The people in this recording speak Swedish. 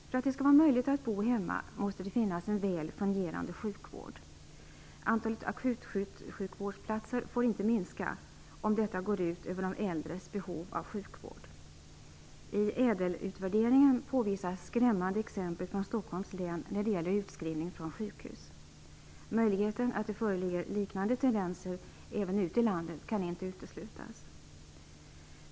För att det skall vara möjligt att bo hemma måste det finnas en väl fungerande sjukvård. Antalet akutsjukvårdsplatser får inte minska om detta går ut över de äldres behov av sjukvård. I ÄDEL-utvärderingen påvisas skrämmande exempel från Stockholms län när det gäller utskrivning från sjukhus. Möjligheten att det föreligger liknande tendenser även ute i landet kan inte uteslutas.